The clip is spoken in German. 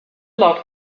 laut